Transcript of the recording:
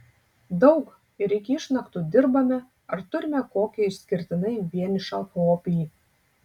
daug ir iki išnaktų dirbame ar turime kokį išskirtinai vienišą hobį